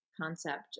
concept